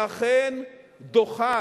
אכן דוחה